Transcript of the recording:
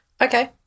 Okay